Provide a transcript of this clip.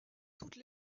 toutes